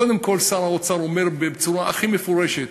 קודם כול, שר האוצר אומר בצורה הכי מפורשת,